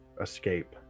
escape